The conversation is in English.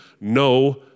no